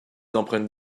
empreintes